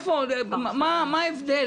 מה ההבדל?